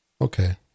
okay